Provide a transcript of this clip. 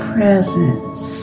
Presence